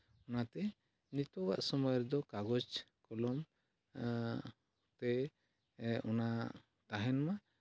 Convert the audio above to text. ᱚᱱᱟᱛᱮ ᱱᱤᱛᱳᱜᱟᱜ ᱥᱚᱢᱚᱭ ᱨᱮᱫᱚ ᱠᱟᱜᱚᱡᱽ ᱠᱚᱞᱚᱢ ᱛᱮ ᱚᱱᱟ ᱛᱟᱦᱮᱱ ᱢᱟ